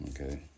Okay